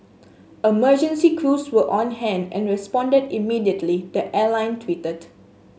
emergency crews were on hand and responded immediately the airline tweeted